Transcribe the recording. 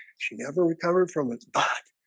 she never recovered from it spot.